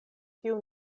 tiu